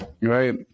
right